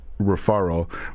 referral